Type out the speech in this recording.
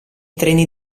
treni